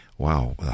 Wow